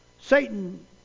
Satan